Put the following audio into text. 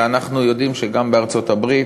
ואנחנו יודעים שגם בארצות-הברית,